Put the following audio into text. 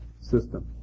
system